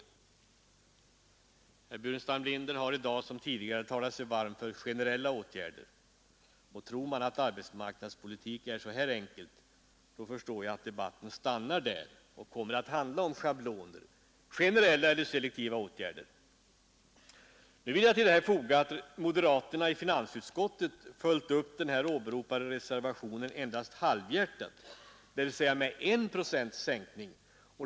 Herr Burenstam Linder har i dag som tidigare talat sig varm för generella åtgärder, och om man tror att arbetsmarknadspolitik är någonting så enkelt som man gör i det stycke jag läste upp, så förstår jag att debatten stannar där och kommer att handla om schabloner och om generella eller selektiva åtgärder. Till detta vill jag foga att moderaterna i finansutskottet endast halvhjärtat har följt upp den åberopade reservationen, dvs. bara gått in för 1 procents sänkning av ATP-avgiften.